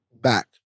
back